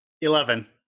Eleven